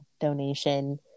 donation